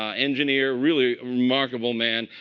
um engineer, really remarkable man.